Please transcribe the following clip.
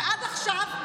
שעד עכשיו,